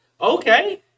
Okay